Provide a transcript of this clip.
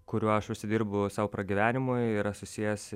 kuriuo aš užsidirbu sau pragyvenimui yra susijęs